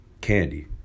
candy